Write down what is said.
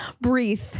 Breathe